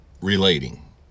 relating